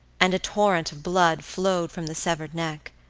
and torrent of blood flowed from the severed neck.